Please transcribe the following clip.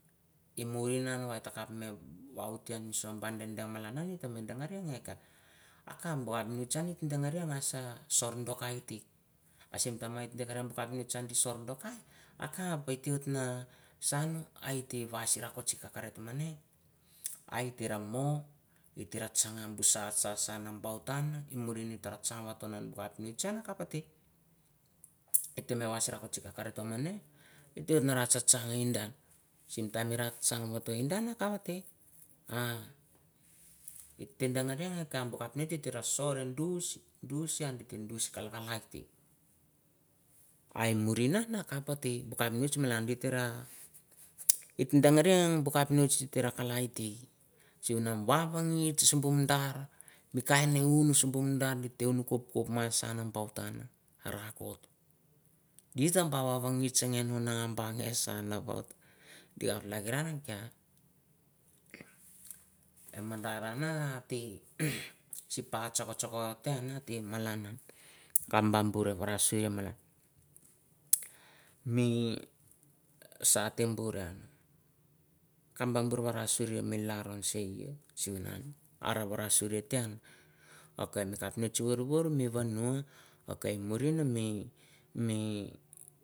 Hi murr hinan hitah kaph meh hoteh soh ateh dang malanah, hitah meh dangareh han geh kaph. Akaph buh mahcoh hateh dangareh gash ah sorh doh kai hiyeh teh, ah same time haiteclik ranh buh capnist hateh sorh doh kai, akaph hait teh wohot nah sanh, hai yeteh wai shi rakot shi charet tah mah neh. Haiyet tahmoh, gitarah tsang han buh sha sha nambaut han murri nih tah tsang who tah nah capnist, ah kapha teh. Heteh meh wahs rakot simi kah rai teh meneh, hiteh wohot rah tsak tsang hin den. Sim time wherr tsang wohot toh indeh, deh kapha teh, ah giteh dang han neh buh capinist hita rah sorh eh dus, dus kalah, kalai teh. Hia murrahneh akaphateh buh capnist malan, giterah dangeh rah buh capnist hoteh kalai teh. Sim bu wah wah gist, simba mandarr, mi taim neh uhn sum bu mandarr giteh uhn mi kopkop massah nambaut dih noh gih lah kiyah. Ah mandarr hana ateh shi pah cho coh ceh neh malana, kam ah barah sureh malan. Mi soh tum burr, yia, kam bang bah warashurr yau, mi lahrroh seh ghit, seh whu nan arah wara shurr yeh laroh seh yeh ih. Mi capnist wir wir, mi wan noh, ok murr uh nah mi, mi.